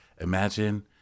imagine